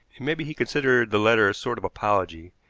it may be he considered the letter a sort of apology.